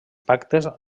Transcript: pactes